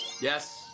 Yes